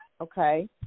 Okay